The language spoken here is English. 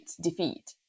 defeat